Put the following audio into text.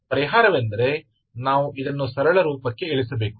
ಪರಿಹಾರವೆಂದರೆ ನಾವು ಇದನ್ನು ಸರಳ ರೂಪಕ್ಕೆ ಇಳಿಸಬೇಕು